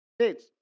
states